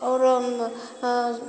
और हाँ